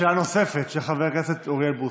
שאלה נוספת של חבר הכנסת אוריאל בוסו.